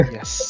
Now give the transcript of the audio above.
Yes